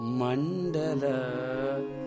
mandala